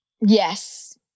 Yes